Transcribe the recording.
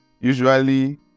usually